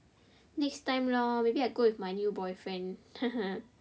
next time lor maybe I go with my new boyfriend